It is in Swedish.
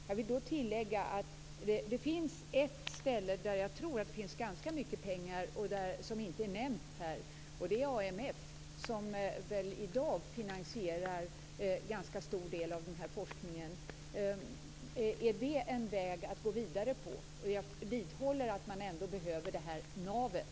Jag vill tillägga att det finns ett ställe där jag tror att det finns ganska mycket pengar och som inte är nämnt här. Det är AMF, som i dag finansierar en ganska stor del av den här forskningen. Är det en väg att gå vidare på? Jag vidhåller att man ändå behöver det här navet.